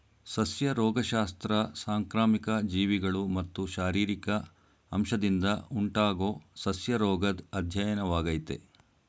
ಸಸ್ಯ ರೋಗಶಾಸ್ತ್ರ ಸಾಂಕ್ರಾಮಿಕ ಜೀವಿಗಳು ಮತ್ತು ಶಾರೀರಿಕ ಅಂಶದಿಂದ ಉಂಟಾಗೊ ಸಸ್ಯರೋಗದ್ ಅಧ್ಯಯನವಾಗಯ್ತೆ